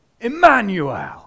Emmanuel